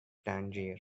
tangier